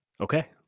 Okay